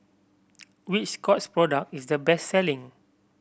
which Scott's product is the best selling